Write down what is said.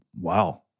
wow